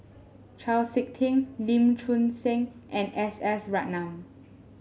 Chau SiK Ting Lee Choon Seng and S S Ratnam